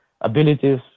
abilities